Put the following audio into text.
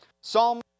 Psalm